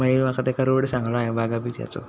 मागीर म्हाका ताका रोड सांगलो हांवें बागा बिचाचो